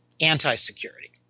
anti-security